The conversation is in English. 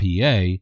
PA